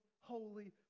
holy